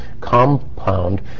compound